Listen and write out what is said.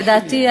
לדעתי,